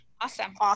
Awesome